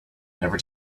never